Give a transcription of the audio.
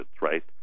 right